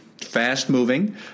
fast-moving